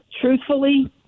truthfully